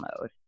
mode